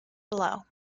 below